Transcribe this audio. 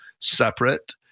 separate